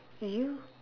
you